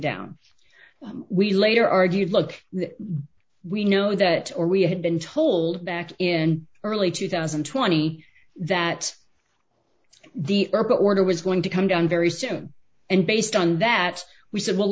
down we later argued look we know that or we had been told back in early two thousand and twenty that the order was going to come down very soon and based on that we said well